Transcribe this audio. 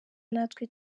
natwe